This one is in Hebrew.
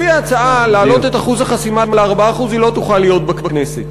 לפי ההצעה להעלות את אחוז החסימה ל-4% היא לא תוכל להיות בכנסת.